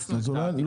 הכנסנו את זה.